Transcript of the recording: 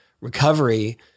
recovery